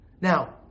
Now